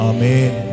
Amen